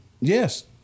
Yes